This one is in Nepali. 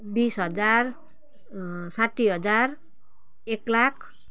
बिस हजार साठ्ठी हजार एक लाख